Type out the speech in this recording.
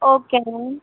okay ma'am